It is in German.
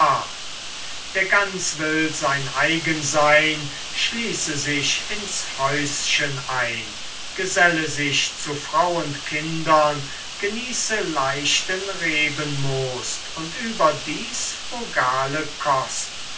wer ganz will sein eigen sein schließe sich ins häuschen ein geselle sich zu frau und kindern genieße leichten rebenmost und überdies frugale kost